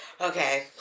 Okay